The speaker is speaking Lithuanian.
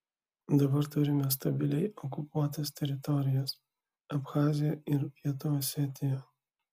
dabar turime stabiliai okupuotas teritorijas abchaziją ir pietų osetiją